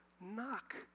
knock